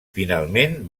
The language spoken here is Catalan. finalment